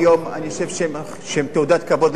אני חושב שהם תעודת כבוד לכנסת ישראל.